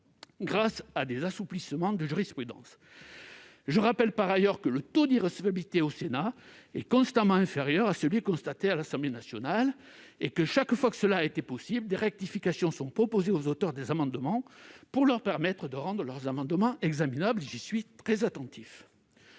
grâce à des assouplissements de jurisprudence. Je rappelle, par ailleurs, que le taux d'irrecevabilité au Sénat est constamment inférieur à celui constaté à l'Assemblée nationale, et que, chaque fois que cela est possible, des rectifications sont proposées aux auteurs des amendements pour leur permettre de rendre leurs amendements examinables : j'y suis très attentif.